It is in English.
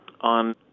on